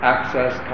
access